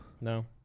No